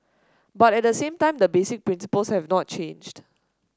but at the same time the basic principles have not changed